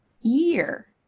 year